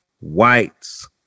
whites